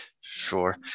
Sure